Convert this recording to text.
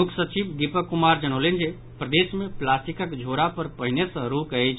मुख्य सचिव दीपक कुमार जनौलनि जे प्रदेश मे प्लास्टिकक झोरा पर पहिने सॅ रोक अछि